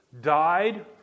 died